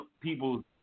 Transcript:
people